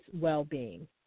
well-being